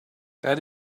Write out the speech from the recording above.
that